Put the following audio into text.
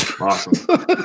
Awesome